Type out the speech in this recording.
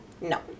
No